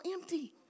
empty